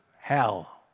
hell